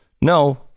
No